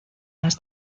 las